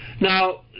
Now